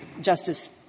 Justice